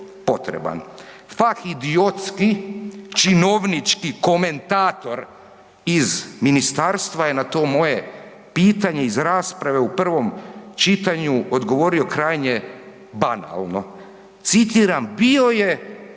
Fah idiotski, činovnički komentator iz ministarstva je na to moje pitanje iz rasprave u prvom čitanju odgovorio krajnje banalno. Citiram, bio je